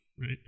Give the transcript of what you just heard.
right